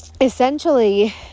Essentially